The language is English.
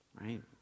Right